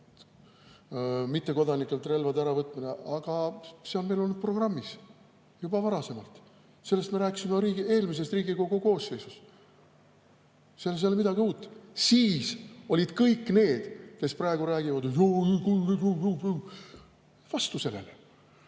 mittekodanikelt relvade äravõtmine – see on meil olnud programmis juba varasemalt. Sellest me rääkisime eelmises Riigikogu koosseisus, selles ei ole midagi uut. Siis olid kõik need, kes praegu räägivad, et